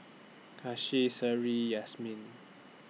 Khalish Seri Yasmin